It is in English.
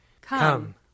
Come